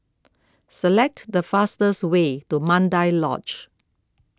select the fastest way to Mandai Lodge